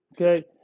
Okay